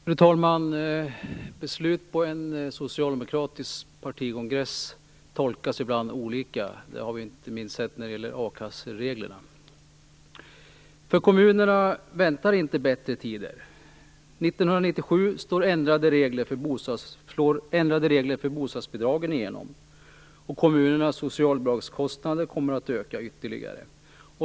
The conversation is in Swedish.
Fru talman! Beslut på en socialdemokratisk partikongress tolkas ibland olika; det har vi inte minst sett när det gäller a-kassereglerna. För kommunerna väntar inte bättre tider. År 1997 slår ändrade regler för bostadsbidragen igenom, och kommunernas socialbidragskostnader kommer att öka ytterligare.